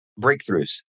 breakthroughs